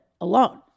alone